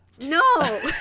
No